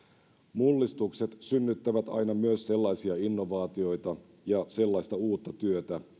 mullistukset synnyttävät aina myös sellaisia innovaatioita ja sellaista uutta työtä